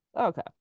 okay